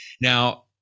now